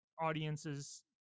audiences